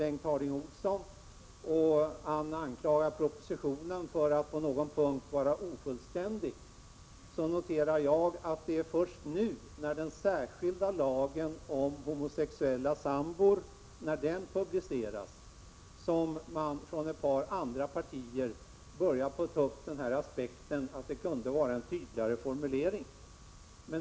Bengt Harding Olson kritiserar propositionen för att vara ofullständig på någon punkt. Jag kan då notera att det är först nu när den särskilda lagen om homosexuella sambor publiceras som man från ett par andra partier börjat ta upp den här aspekten om att formuleringarna kunde ha varit tydligare.